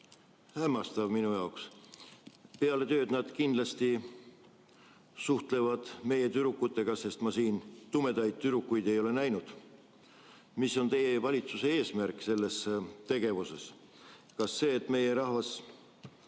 hämmastav minu jaoks. Peale tööd nad kindlasti suhtlevad meie tüdrukutega, sest tumedaid tüdrukuid ma siin ei ole näinud. Mis on teie valitsuse eesmärk selles tegevuses? Kas see, et meie rahvas